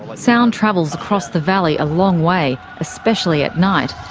but sound travels across the valley a long way, especially at night,